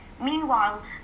Meanwhile